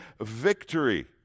victory